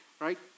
Right